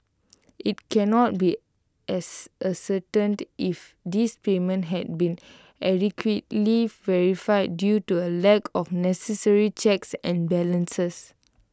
IT cannot be as A certain do if these payments had been adequately verified due to A lack of necessary checks and balances